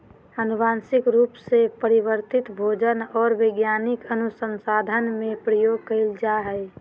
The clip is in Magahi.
आनुवंशिक रूप से परिवर्तित भोजन और वैज्ञानिक अनुसन्धान में प्रयोग कइल जा हइ